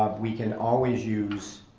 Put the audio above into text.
ah we can always use